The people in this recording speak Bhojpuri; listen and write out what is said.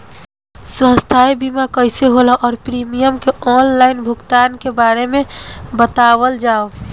स्वास्थ्य बीमा कइसे होला और प्रीमियम के आनलाइन भुगतान के बारे में बतावल जाव?